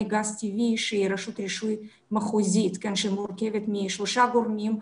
גז טבעי שהיא רשות רישוי מחוזית שמורכבת משלושה גורמים,